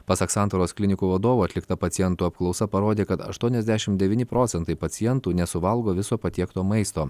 pasak santaros klinikų vadovo atlikta pacientų apklausa parodė kad aštuoniasdešim devyni procentai pacientų nesuvalgo viso patiekto maisto